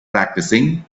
practicing